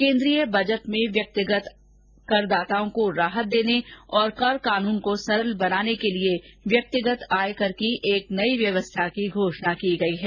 केन्द्रीय बजट में व्यक्तिगत करदाताओं को राहत देने और कर कानून को सरल बनाने के लिए व्यक्तिगत आयकर की एक नई व्यवस्था की घोषणा की गई है